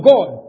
God